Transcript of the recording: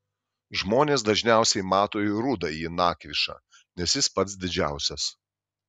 žmonės dažniausiai mato rudąjį nakvišą nes jis pats didžiausias